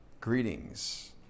Greetings